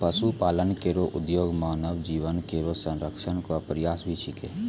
पशुपालन केरो उद्देश्य मानव जीवन केरो संरक्षण क प्रयास भी छिकै